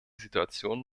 situation